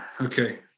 okay